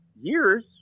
years